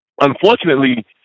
Unfortunately